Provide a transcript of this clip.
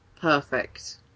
perfect